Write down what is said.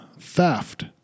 theft